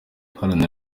haranira